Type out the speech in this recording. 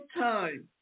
time